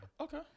Okay